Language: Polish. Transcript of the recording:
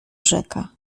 rzeka